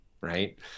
right